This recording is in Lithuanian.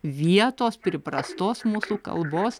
vietos priprastos mūsų kalbos